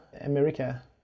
America